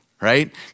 Right